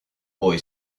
boy